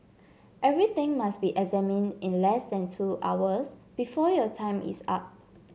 everything must be examined in less than two hours before your time is up